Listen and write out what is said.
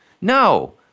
No